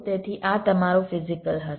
તેથી આ તમારું ફિઝીકલ હશે